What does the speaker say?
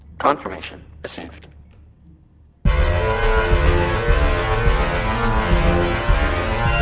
confirmation received are